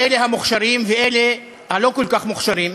אלה המוכשרים ואלה הלא-כל-כך מוכשרים,